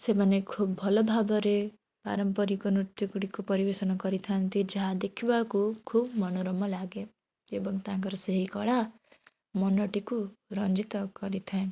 ସେମାନେ ଖୁବ୍ ଭଲ ଭାବରେ ପାରମ୍ପାରିକ ନୃତ୍ୟ ଗୁଡ଼ିକୁ ପରିବେଷଣ କରିଥାନ୍ତି ଯାହା ଦେଖିବାକୁ ଖୁବ୍ ମନୋରମ ଲାଗେ ଏବଂ ତାଙ୍କର ସେହି କଳା ମନଟିକୁ ରଞ୍ଜିତ କରିଥାଏ